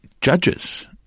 judges